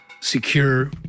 secure